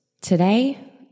today